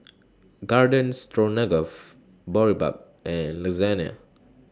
Garden Boribap and Lasagna